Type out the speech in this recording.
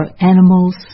animals